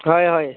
ହଏ ହଏ